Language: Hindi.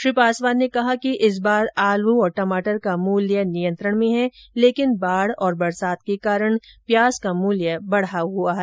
श्री पासवान ने कहा कि इस बार आलू और टमाटर का मूल्य नियंत्रण में है लेकिन बाढ़ और बरसात के कारण प्याज का मूल्य बढा हुआ है